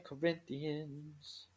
Corinthians